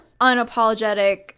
unapologetic